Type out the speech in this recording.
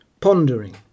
pondering